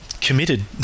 committed